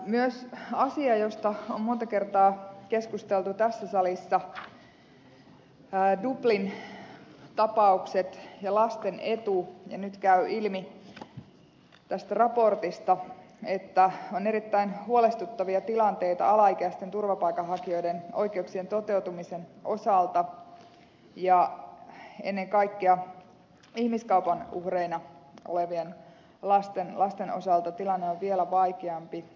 myös asia josta on monta kertaa keskusteltu tässä salissa dublin tapaukset ja lasten etu ja nyt käy ilmi tästä raportista että on erittäin huolestuttavia tilanteita alaikäisten turvapaikanhakijoiden oikeuksien toteutumisen osalta ja ennen kaikkea ihmiskaupan uhreina olevien lasten osalta tilanne on vielä vaikeampi